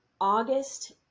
August